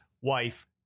wife